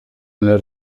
nel